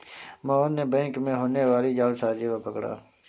मोहन ने बैंक में होने वाली जालसाजी को पकड़ा